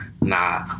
Nah